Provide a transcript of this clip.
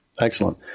Excellent